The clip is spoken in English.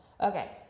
Okay